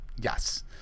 yes